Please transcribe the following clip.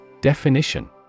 Definition